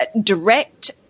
direct